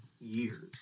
years